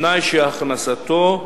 בתנאי שהכנסתו,